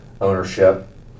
ownership